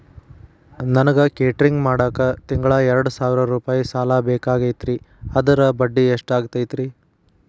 ನನಗ ಕೇಟರಿಂಗ್ ಮಾಡಾಕ್ ತಿಂಗಳಾ ಎರಡು ಸಾವಿರ ರೂಪಾಯಿ ಸಾಲ ಬೇಕಾಗೈತರಿ ಅದರ ಬಡ್ಡಿ ಎಷ್ಟ ಆಗತೈತ್ರಿ?